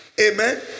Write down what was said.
Amen